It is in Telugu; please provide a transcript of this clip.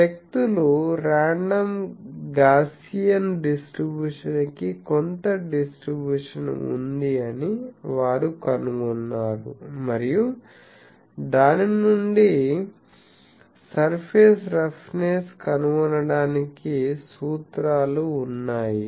ఆ వ్యక్తులు రాండం గాస్సియన్ డిస్ట్రిబ్యూషన్ కి కొంత డిస్ట్రిబ్యూషన్ ఉంది అని వారు కనుగొన్నారు మరియు దాని నుండి సర్ఫేస్ రఫ్నెస్ కనుగొనటానికి సూత్రాలు ఉన్నాయి